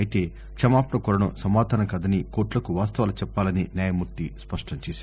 అయితే క్షమాపణ కోరడం సమాధానం కాదని కోర్టులకు వాస్తవాలు చెప్పాలని న్యాయమూర్తి స్పష్టం చేసారు